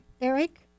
Eric